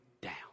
down